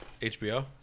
HBO